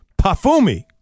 Pafumi